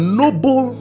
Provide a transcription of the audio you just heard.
noble